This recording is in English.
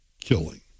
killing